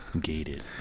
gated